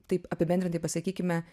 taip apibendrintai pasakykime